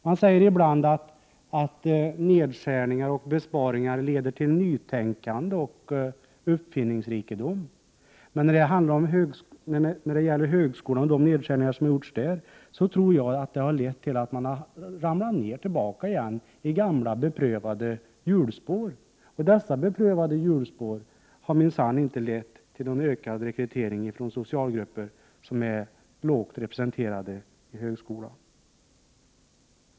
Man säger ibland att nedskärningar och besparingar leder till nytänkande och uppfinningsrikedom. Men de nedskärningar som görs vid högskolan tror jag har lett till att man ramlat tillbaka i gamla beprövade hjulspår. Dessa beprövade hjulspår har minsann inte lett till någon ökad rekrytering från socialgrupper som är lågt representerade vid högskolan.